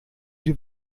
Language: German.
die